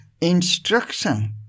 instruction